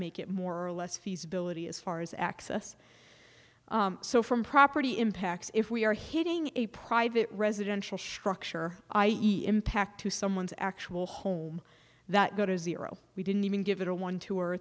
make it more or less feasibility as far as access so from property impacts if we are hitting a private residential structure i e impact to someone's actual home that go to zero we didn't even give it a one two or